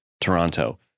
Toronto